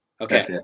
Okay